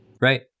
Right